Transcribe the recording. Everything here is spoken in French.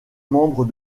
membres